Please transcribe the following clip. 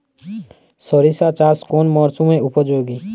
সরিষা চাষ কোন মরশুমে উপযোগী?